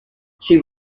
she